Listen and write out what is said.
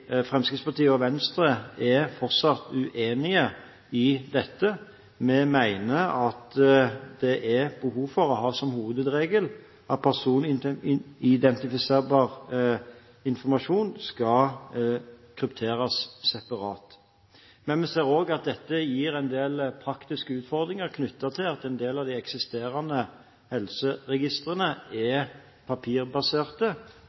Fremskrittspartiet og Venstre er fortsatt uenige i dette. Vi mener at det er behov for å ha som hovedregel at personidentifiserbar informasjon skal krypteres separat. Men vi ser også at dette gir en del praktiske utfordringer knyttet til at en del av de eksisterende helseregistrene